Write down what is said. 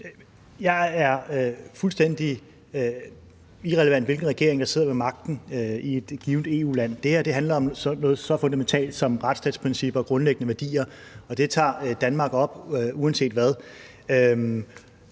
Det er fuldstændig irrelevant, hvilken regering der sidder ved magten i et givent EU-land. Det her handler om noget så fundamentalt som retsstatsprincipper og grundlæggende værdier, og det tager Danmark op uanset hvad.